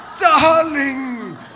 Darling